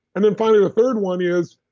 and then finally, the third one is,